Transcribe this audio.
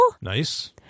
nice